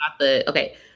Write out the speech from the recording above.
Okay